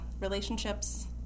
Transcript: relationships